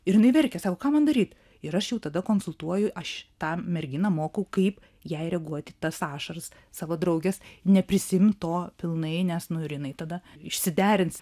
ir jinai verkia sako ką man daryt ir aš jau tada konsultuoju aš tą merginą mokau kaip jai reaguoti į tas ašaras savo draugės neprisiimt to pilnai nes nu ir jinai tada išsiderins